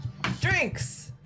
drinks